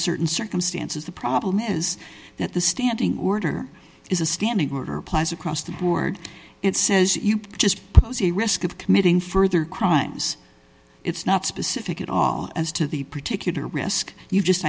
certain circumstances the problem is that the standing order is a standing order plaza cross the board it says you've just pose a risk of committing further crimes it's not specific at all as to the particular risk you just